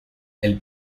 elle